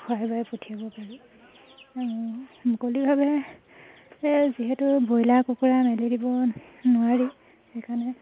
পঠিয়াব পাৰোঁ মুকলিভাৱে যিহেতু ব্ৰইলাৰ কুকুৰা মেলি দিব নোৱাৰি সেইকাৰণে